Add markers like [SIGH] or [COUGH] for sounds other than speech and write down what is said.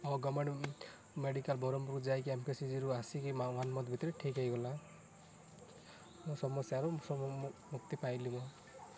ଆଉ government medical Berhampur ଯାଇକି ଏମକେସିଜିରୁ ଆସିକି [UNINTELLIGIBLE] ୱାନ୍ ମନ୍ଥ ଭିତରେ ଠିକ୍ ହେଇଗଲା ମୋ ସମସ୍ୟାରୁ ସବୁ ମୁ ମୁକ୍ତି ପାଇଲି ମୁଁ